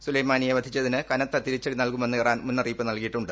സുലൈമാനിയെ വധിച്ചതിന് കനത്ത തിരിച്ചടി നൽകുമെന്ന് ഇറാൻ മുന്നറിയിപ്പ് നൽകിയിട്ടുണ്ട്